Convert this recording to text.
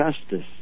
justice